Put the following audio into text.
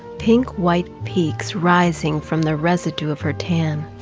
pink white peaks rising from the residue of her tan.